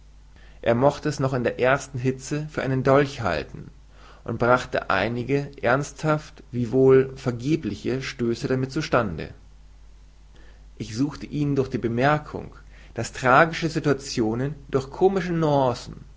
er mochte s noch in der ersten hitze für einen dolch halten und brachte einige ernsthafte wie wohl vergebliche stöße damit zu stande ich suchte ihn durch die bemerkung daß tragische situationen durch komische nüancen